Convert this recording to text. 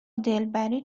دلبری